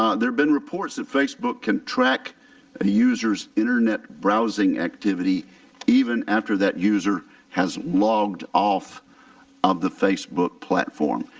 ah there have been reports that facebook can track ah users internet browsing activity even after that user has logged off of the facebook platform.